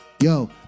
yo